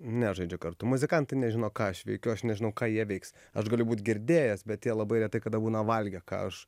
nežaidžia kartu muzikantai nežino ką aš veikiu aš nežinau ką jie veiks aš galiu būt girdėjęs bet jie labai retai kada būna valgę ką aš